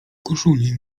koszuli